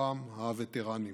ובהם הווטרנים.